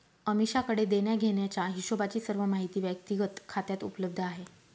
अमीषाकडे देण्याघेण्याचा हिशोबची सर्व माहिती व्यक्तिगत खात्यात उपलब्ध आहे